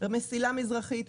המסילה המזרחית,